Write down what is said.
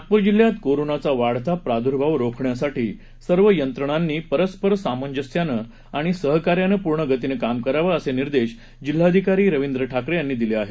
नागपूर जिल्ह्यात कोरोनाचा वाढता प्रादूर्भाव रोखण्यासाठी सर्व यंत्रणांनी परस्पर सामंजस्यानं आणि सहकार्यानं पूर्ण गतीनं काम कराव असे निर्देश जिल्हाधिकारी रवींद्र ठाकरे यांनी दिले आहेत